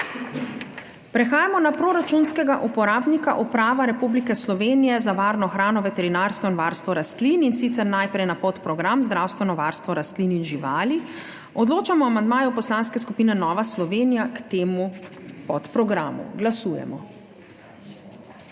Prehajamo na proračunskega uporabnika Uprava Republike Slovenije za varno hrano, veterinarstvo in varstvo rastlin, in sicer najprej na podprogram Zdravstveno varstvo rastlin in živali. Odločamo o amandmaju Poslanske skupine Nova Slovenija k temu podprogramu. Glasujemo.